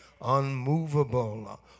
unmovable